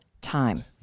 time